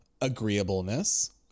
agreeableness